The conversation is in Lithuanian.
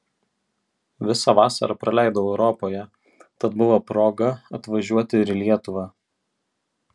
visą vasarą praleidau europoje tad buvo proga atvažiuoti ir į lietuvą